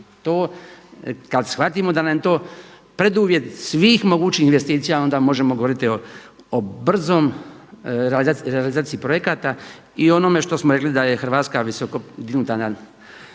Kada shvatimo da nam je to preduvjet svih mogućih investicija onda možemo govoriti o brzom, realizaciji projekta i onome što smo rekli da je Hrvatska visoko dignuta na